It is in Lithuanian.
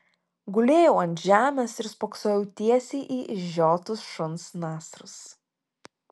gulėjau ant žemės ir spoksojau tiesiai į išžiotus šuns nasrus